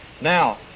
Now